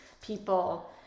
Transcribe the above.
people